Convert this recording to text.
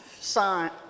sign